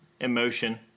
emotion